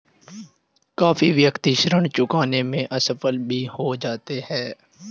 काफी व्यक्ति ऋण चुकाने में असफल भी हो जाते हैं